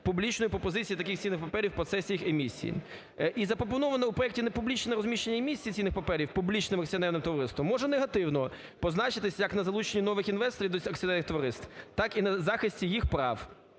публічної пропозиції таких цінних паперів в процесі їх емісії. І запропоноване в проекті непублічне розміщення емісіїцінних паперів публічним акціонерним товариством може негативно позначитись як на залученні нових інвесторів до акціонерних товариств, так і на захисті їх прав.